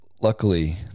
luckily